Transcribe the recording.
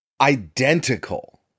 identical